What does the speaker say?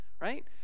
right